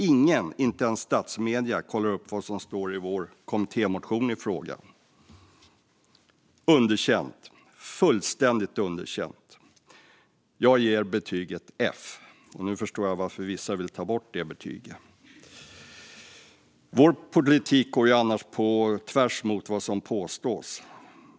Ingen, inte ens statsmedierna, kollar upp vad som står i vår kommittémotion i frågan. Det blir underkänt, fullständigt underkänt. Jag ger betyget F. Och nu förstår jag varför vissa vill ta bort detta betyg. Vår politik går annars på tvärs mot vad som påstås.